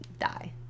die